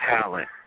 talent